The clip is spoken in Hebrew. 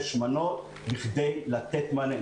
6 מנות בכדי לתת מענה.